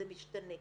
זה משתנה.